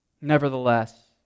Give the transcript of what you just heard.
Nevertheless